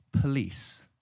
police